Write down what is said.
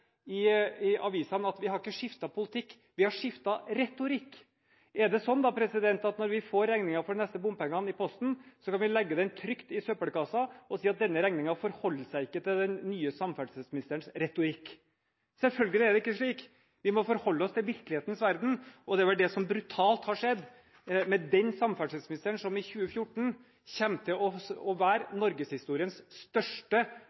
i avisene at de ikke har skiftet politikk, de har skiftet retorikk. Er det da slik at når vi får regningen for de neste bompengene i posten, kan vi legge den trygt i søppelkassa og si at denne regningen forholder seg ikke til den nye samferdselsministerens retorikk? Selvfølgelig er det ikke slik. Vi må forholde oss til virkelighetens verden, og det er vel det som brutalt har skjedd med den samferdselsministeren som i 2014 kommer til å være norgeshistoriens største